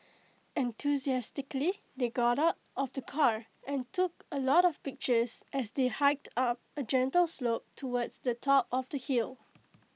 enthusiastically they got out of the car and took A lot of pictures as they hiked up A gentle slope towards the top of the hill